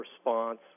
response